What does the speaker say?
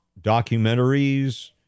documentaries